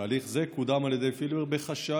תהליך זה קודם על ידי פילבר בחשאיות,